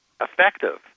effective